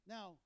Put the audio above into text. Now